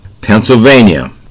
Pennsylvania